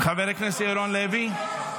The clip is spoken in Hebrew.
חברת הכנסת יסמין פרידמן.